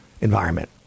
environment